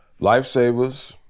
Lifesavers